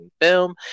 film